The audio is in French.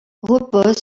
repose